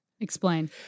Explain